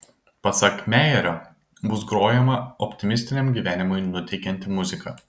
pasak mejero bus grojama optimistiniam gyvenimui nuteikianti muzika